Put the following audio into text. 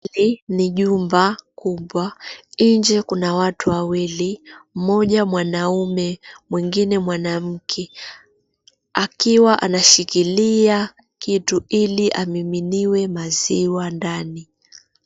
Hili ni jumba kubwa. Nje kuna watu wawili mmoja mwanaume mwingine mwanamke akiwa anashikilia kitu ili amiminiwe maziwa ndani.